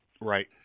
Right